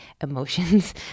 emotions